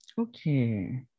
Okay